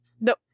No